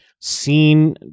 seen